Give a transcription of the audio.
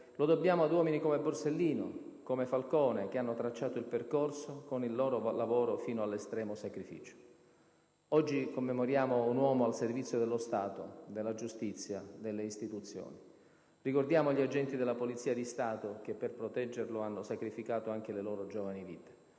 lo dobbiamo ad uomini come Borsellino, come Falcone, che hanno tracciato il percorso con il loro lavoro fino all'estremo sacrificio. Oggi commemoriamo un uomo al servizio dello Stato, della giustizia, delle Istituzioni. Ricordiamo gli agenti della Polizia di Stato, che per proteggerlo hanno sacrificato anche le loro giovani vite.